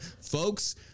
Folks